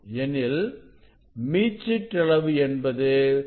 எனில் மீச்சிற்றளவு என்பது1 100